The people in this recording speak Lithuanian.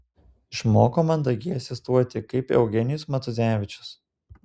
išmoko mandagiai asistuoti kaip eugenijus matuzevičius